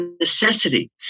necessity